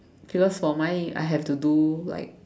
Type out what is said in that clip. because for mine I have to do like